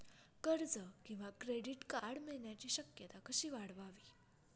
कर्ज किंवा credit card मिळण्याची शक्यता कशी वाढवावी?